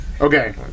Okay